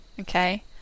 okay